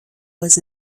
was